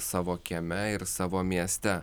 savo kieme ir savo mieste